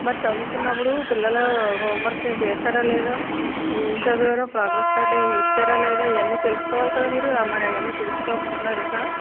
మరి చదువుకున్నప్పుడు పిల్లలు హోంవర్క్ చేసారా లేదా ఏం చదివారు ప్రోగ్రామ్స్ కార్డ్ ఇచ్చారా లేదా ఇవన్నీ తెలుసుకోవాలి కదా మీరు మరి అవన్నీ తెలుసుకుంటున్నారా